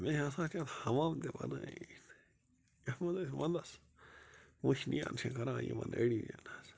بیٚیہِ ہسا چھِ حَمام تہِ بنٲوِتھ یَتھ منٛز أسی ونٛدس وُشنیر چھِ کَران یِمن أڈجَن حظ